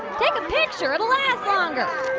take a picture. it'll last longer.